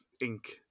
ink